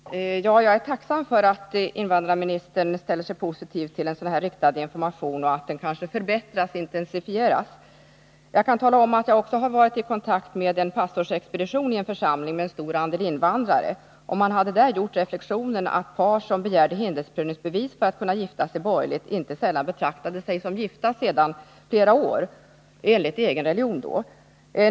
Herr talman! Jag är tacksam för att invandrarministern ställer sig positiv till sådan riktad information och till att den förbättras och intensifieras. Jag kan tala om att jag också har varit i kontakt med en pastorsexpedition i en församling med en stor andel invandrare. Man hade där gjort reflexionen att part, som begärt hindersprövningsbevis för att gifta sig borgerligt, inte sällan sedan flera år tillbaka betraktade sig som gifta enligt egen religion.